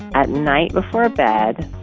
at night, before bed,